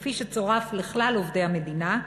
כפי שצורף לכלל עובדי המדינה,